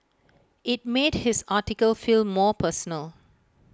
IT made his article feel more personal